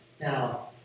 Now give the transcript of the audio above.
Now